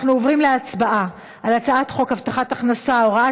אנחנו עוברים להצבעה על הצעת חוק הבטחת הכנסה (הוראת